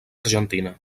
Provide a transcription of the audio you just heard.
argentina